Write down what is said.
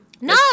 No